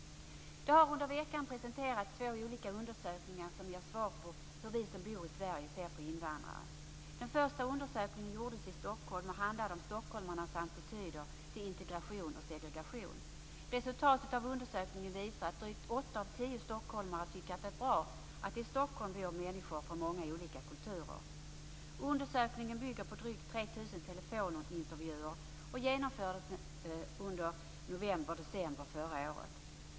Det har under veckan presenterats två olika undersökningar som ger svar på hur vi som bor i Sverige ser på invandrare. Den första undersökningen gjordes i Stockholm och handlar om stockholmarnas attityder till integration och segregation. Resultatet av undersökningen visar att drygt åtta av tio stockholmare tycker att det är bra att det i Stockholm bor människor från många olika kulturer. Undersökningen bygger på drygt 3 000 telefonintervjuer och genomfördes under novemberdecember förra året.